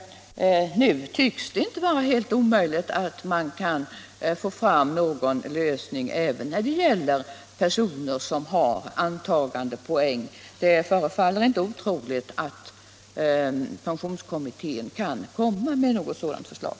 Nu tycks det inte vara helt omöjligt att uppnå en lösning även för personer som har antagandepoäng. Det förefaller inte otroligt att pensionskommittén kan komma med ett sådant förslag.